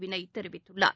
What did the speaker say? விளய் தெரிவித்துள்ளார்